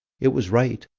it was right,